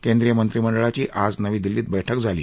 केंद्रीय मंत्रीमंडळाची आज नवी दिल्ली इथं बैठक झाली